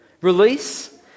release